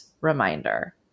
reminder